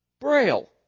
Braille